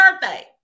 birthday